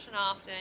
often